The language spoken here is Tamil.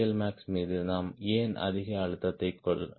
எல்மேக்ஸ் மீது நாம் ஏன் அதிக அழுத்தத்தை கொடுக்கிறோம்